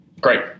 Great